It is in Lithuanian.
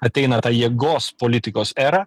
ateina ta jėgos politikos era